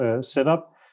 setup